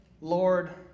Lord